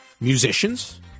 musicians